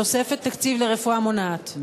תוספת תקציב לרפואה מונעת.